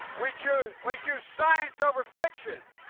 we choose we choose science over fiction.